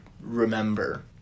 remember